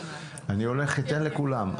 אני אתן לכולם,